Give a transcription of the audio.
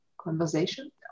conversation